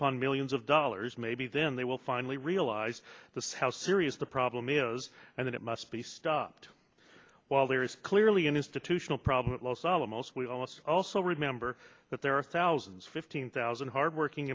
upon millions of dollars maybe then they will finally realize this how serious the problem is and that it must be stopped while there is clearly an institutional problem at los alamos we all must also remember that there are thousands fifteen thousand hardworking